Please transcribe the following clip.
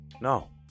No